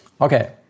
Okay